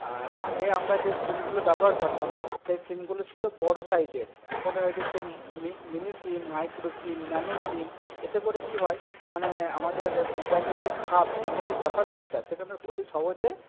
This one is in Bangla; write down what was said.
আর আগে আমরা যে সিমগুলো ব্যবহার করতাম সেই সিমগুলো ছিলো বড়ো সাইজের এখন হয়ে গেছে mini sim micro sim nano sim এতে করে কি হয় মানে আমাদের মোবাইলের যে খাপ সিমের যে ক্যাপাসিটিটা অতি সহজে